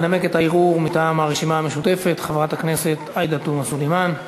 תנמק את הערעור מטעם הרשימה המשותפת חברת הכנסת עאידה תומא סלימאן.